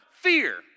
fear